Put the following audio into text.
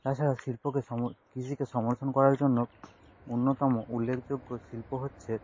তাছাড়াও শিল্পকে কৃষিকে সমর্থন করার জন্য অন্যতম উল্লেখযোগ্য শিল্প হচ্ছে